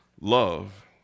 love